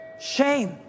Shame